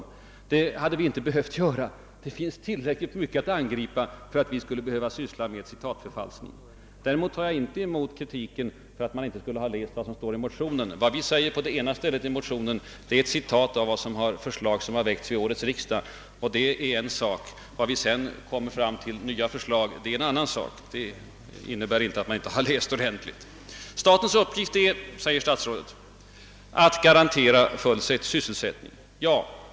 Det finns tillräckligt mycket i propositionen att angripa utan att vi behöver syssla med citatförfalskning. Däremot tar jag inte åt mig kritiken för att inte ha läst vad som står i vår egen motion. Vad vi säger om AP-fonderna på det ena stället i motionen avser förslag som redan väckts vid årets riksdag. Det är alltså fråga om ett konstaterande. De nya förslag vi sedan fram lägger är en annan sak. Här föreligger alltså ingen motsättning. Vi har alltså läst det föregående ordentligt. Statens uppgift är, sade statsrådet, att garantera full sysselsättning.